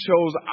chose